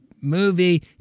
movie